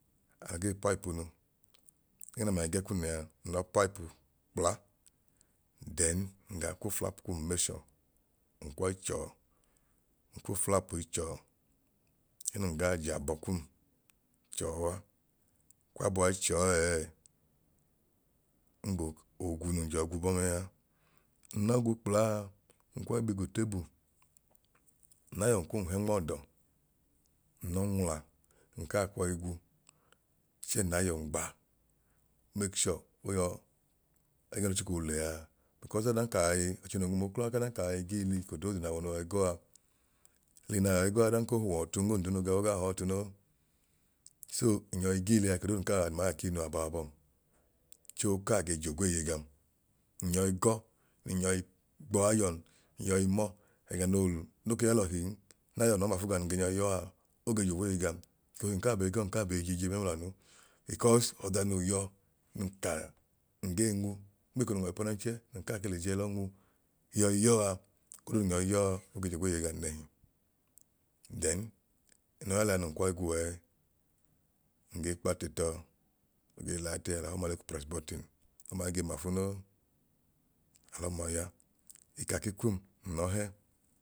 Agee 'pipe'unu, ẹgẹẹ naamia gẹkum lẹa nlọ 'pipe' kpla then ngaa ku flap kum measure nkwọi chọọ nkwu flap'u ichọọ ẹẹnun gaa j'abọ kum chọọa, nkwabọa ichọọ ẹẹ mbo oogwu nun jọọ gu bọọ a. Nlọ gu kplaa, nkwọi bi g'utebu nl'ayọn kum hẹnmọọdọ nl'ọ nwula nka kwọi gu chẹẹ nlayọn gba make sure k'oyọ ẹgẹẹ n'ochiko lẹa because adan kai ọchẹ noo nwum uklọ a k'odan nai giili eko doodu nawọ noi gọa n'ili naa yoi gọa odan ko huọ ọtun ondunu ga ogaa họọ ọtunoo so n'yọi giili eko doodu nka yọi admire kunu abaabọm chẹẹ okaa ge j'ogweeye gam. N'yọi gọ, nun yọi gbọọ ayọn n'yọi mọọ ẹga noo no ke ya lọhin n'ayọn lọ mafu gam nun ge nyọi yọọ a, oge j'ogweeeye gam. Ekohi nkaa be gọ nkaa be jije mẹmlanu because ọda noo yọ nun ka ngee nwu nm'eko nun w'ọipẹnẹnchẹ nkaa ke le jẹ lọ nwu yọi yọọ a eko doodu nun yọi yọọ a oge j'ogweeye gam nẹhi. Then nlọọ ya lẹa nun kwọi gu ẹẹ, ngee kp'ate tọọ oge la ate alọ h'ọma le ku press button, ọma ige mafu noo, alọma ya ikaki kum nlọọhẹ